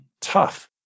tough